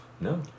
No